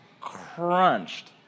crunched